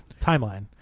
timeline